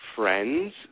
friends